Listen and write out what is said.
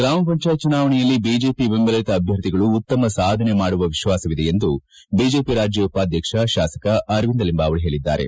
ಗ್ರಾಮ ಪಂಜಾಯತ್ ಚುನಾವಣೆಯಲ್ಲಿ ಬಿಜೆಪಿ ಬೆಂಬಲಿತ ಅಭ್ವರ್ಥಿಗಳು ಉತ್ತಮ ಸಾಧನೆ ಮಾಡುವ ವಿಶ್ವಾಸವಿದೆ ಎಂದು ಬಿಜೆಪಿ ರಾಜ್ದ ಉಪಾಧ್ವಕ್ಷ ಶಾಸಕ ಅರವಿಂದ ಲಿಂಬಾವಳಿ ಹೇಳಿದ್ದಾರೆ